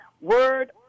word